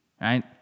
right